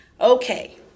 Okay